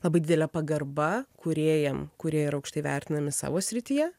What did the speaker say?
labai didelė pagarba kūrėjam kurie ir aukštai vertinami savo srityje